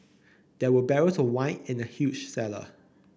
there were barrels of wine in the huge cellar